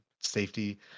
safety